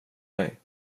mig